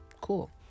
Cool